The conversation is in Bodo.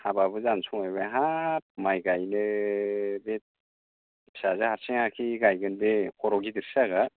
हाबाबो जानो समायबाय हाब माइ गायनो बे फिसाजो हारसिङाखि गायगोन बे खर' गिदिरसो जागोन